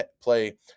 play